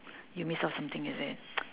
you miss out something is it